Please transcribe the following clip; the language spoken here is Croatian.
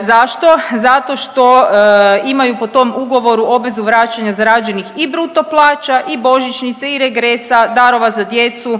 Zašto? Zato što imaju po tom ugovoru obvezu vraćanja zarađenih i bruto plaća i božićnica i regresa, darova za djecu.